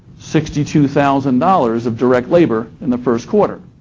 sixty two thousand dollars of direct labor in the first quarter.